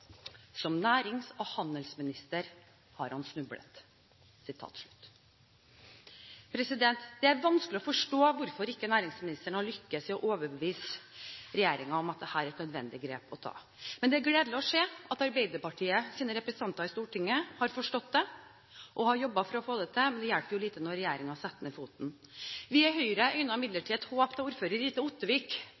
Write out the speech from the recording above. Som nærings- og handelsminister har han snublet.» Det er vanskelig å forstå hvorfor ikke næringsministeren har lyktes i å overbevise regjeringen om at dette er et nødvendig grep å ta. Men det er gledelig å se at Arbeiderpartiets representanter i Stortinget har forstått det og har jobbet for å få det til, men det hjelper jo lite når regjeringen setter ned foten. Vi i Høyre øynet imidlertid et håp da ordfører Rita Ottervik